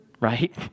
right